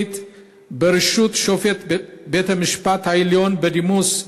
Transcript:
בראשות שופט בית-המשפט העליון בדימוס,